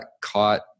caught